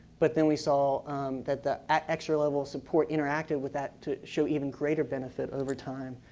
but then, we saw that the extra levels support interactive with that to show even greater benefit over time.